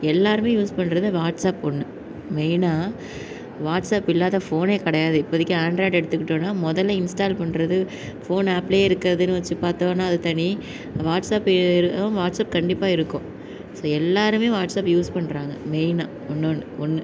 எல்லோருமே யூஸ் பண்ணுறது வாட்ஸ்அப் ஒன்று மெய்னாக வாட்ஸ்அப் இல்லாத ஃபோனே கிடையாது இப்போதிக்கி ஆண்ட்ராய்ட் எடுத்துகிட்டோனால் முதல்ல இன்ஸ்டால் பண்ணுறது ஃபோன் ஆப்பிலையே இருக்கிறதுனு வச்சு பார்த்தோன்னா அது தனி வாட்ஸ்அப் வாட்ஸ்அப் கண்டிப்பாக இருக்கும் ஸோ எல்லோருமே வாட்ஸ்அப் யூஸ் பண்ணுறாங்க மெய்னா ஒன்றே ஒன்று ஒன்று